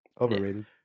Overrated